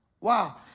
Wow